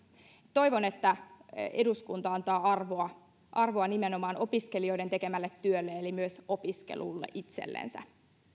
toivon että eduskunta antaa arvoa arvoa nimenomaan opiskelijoiden tekemälle työlle eli myös opiskelulle itsellensä